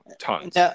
tons